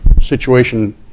situation